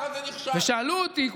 ושאלו אותי,